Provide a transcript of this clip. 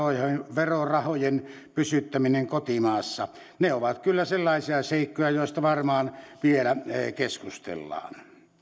verorahojen pysyttäminen kotimaassa ne ovat kyllä sellaisia seikkoja joista varmaan vielä keskustellaan